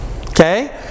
Okay